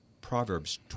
Proverbs